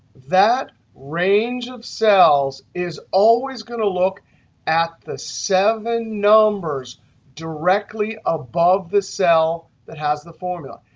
that range of cells is always going to look at the seven numbers directly above the cell that has the formula.